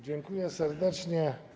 Dziękuję serdecznie.